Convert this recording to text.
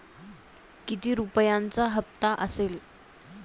किती रुपयांचा हप्ता असेल?